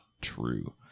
true